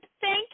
Thank